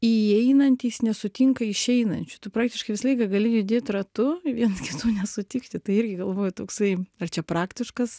įeinantys nesutinka išeinančių tu praktiškai visą laiką gali judėt ratu viens kitų nesutikti tai irgi galvoju toksai ar čia praktiškas